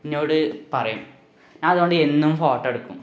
എന്നോടു പറയും ഞാന് അതു കൊണ്ട് എന്നും ഫോട്ടോ എടുക്കും